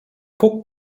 puk